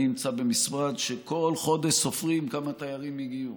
אני נמצא במשרד שבכל חודש סופרים כמה תיירים הגיעו,